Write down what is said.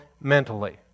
mentally